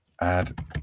add